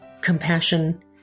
compassion